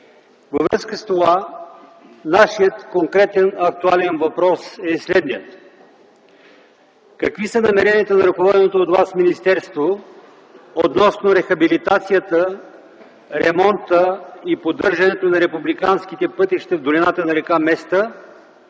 Във връзка с това, нашият конкретен актуален въпрос е следният: какви са намеренията на ръководеното от Вас министерство относно рехабилитацията, ремонта и поддържането на републиканските пътища в долината на р. Места,